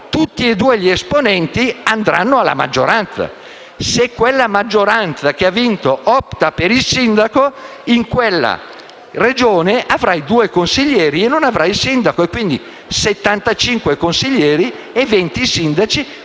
tutti e due gli esponenti andranno alla maggioranza. Se la maggioranza che ha vinto opta per il sindaco, in quella Regione si avranno due consiglieri e non si avrà il sindaco. Quindi, settantacinque consiglieri e venti sindaci: